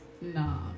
Nah